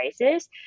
prices